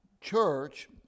church